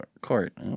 Court